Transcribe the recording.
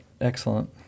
Excellent